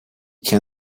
can